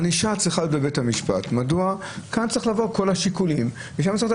ענישה צריכה להיות בבית המשפט וכאן צריכים לבוא כול השיקולים --- מה